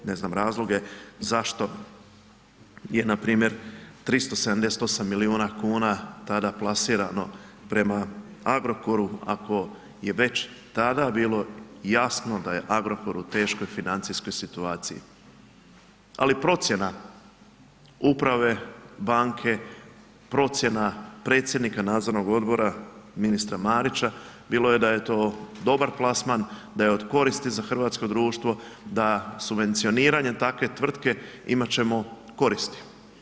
Ne znam razloge zašto je npr. 378 milijuna kuna tada plasirano prema Agrokoru ako je već tada bilo jasno da je Agrokor u teškoj financijskoj situaciji, ali procjena uprave, banke, procjena predsjednika nadzornog odbora ministra Marića bilo je da je to dobar plasman, da je od koristi za hrvatsko društvo da subvencioniranjem takve tvrtke imat ćemo koristi.